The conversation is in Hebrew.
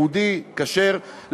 יהודי כשר,